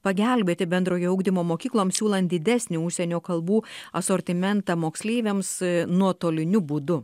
pagelbėti bendrojo ugdymo mokykloms siūlant didesnį užsienio kalbų asortimentą moksleiviams nuotoliniu būdu